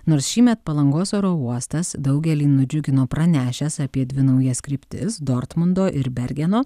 nors šįmet palangos oro uostas daugelį nudžiugino pranešęs apie dvi naujas kryptis dortmundo ir bergeno